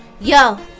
yo